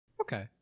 Okay